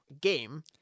game